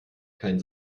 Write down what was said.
kein